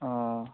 অঁ